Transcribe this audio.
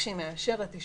כאשר היא מאשרת את זה,